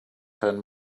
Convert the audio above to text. ten